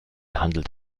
handelt